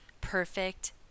perfect